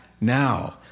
Now